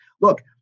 Look